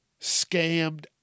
scammed